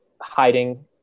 hiding